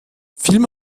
filme